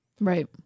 Right